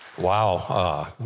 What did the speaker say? Wow